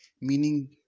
meaning